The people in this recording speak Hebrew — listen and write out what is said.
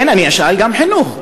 כן, אני אשאל גם על חינוך.